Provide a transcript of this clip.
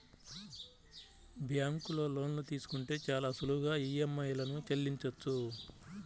బ్యేంకులో లోన్లు తీసుకుంటే చాలా సులువుగా ఈఎంఐలను చెల్లించొచ్చు